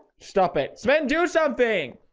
stop it. so then do something